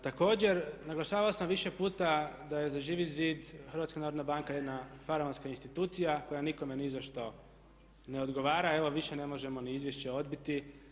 Također, naglašavao sam više puta da je za Živi zid HNB jedna faraonska institucija koja nikome ni za što ne odgovara, evo više ne možemo ni izvješće odbiti.